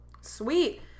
Sweet